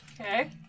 Okay